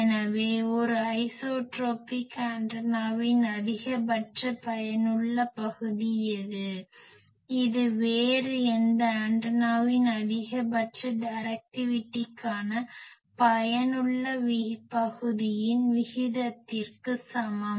எனவே ஒரு ஐசோட்ரோபிக் ஆண்டனாவின் அதிகபட்ச பயனுள்ள பகுதி எது இது வேறு எந்த ஆண்டனாவின் அதிகபட்ச டைரக்டிவிட்டிக்கான பயனுள்ள பகுதியின் விகிதத்திற்கு சமம்